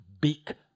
big